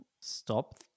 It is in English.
Stop